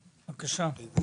בקשה.